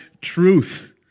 truth